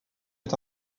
est